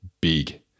big